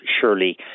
surely